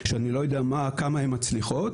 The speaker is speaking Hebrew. שאני לא יודע כמה הן מצליחות,